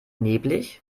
nebelig